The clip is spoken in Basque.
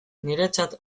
niretzat